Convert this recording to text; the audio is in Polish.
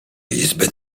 izby